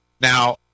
Now